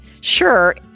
sure